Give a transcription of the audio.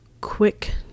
quick